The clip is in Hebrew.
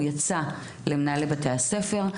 הוא יצא למנהלי בתי הספר.